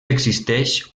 existeix